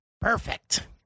Perfect